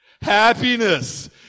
Happiness